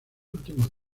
últimos